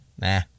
nah